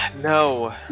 No